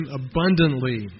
abundantly